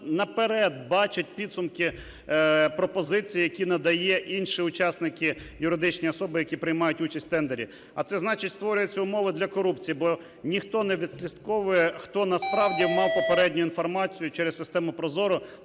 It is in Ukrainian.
наперед бачить підсумки, пропозиції, які надають інші учасники, юридичні особи, які приймають участь в тендері. А це значить створюються умови для корупції, бо ніхто не відслідковує, хто насправді мав попередню інформацію через систему